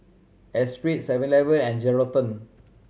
Espirit Seven Eleven and Geraldton